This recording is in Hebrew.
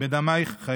בדמַיִך חיִי".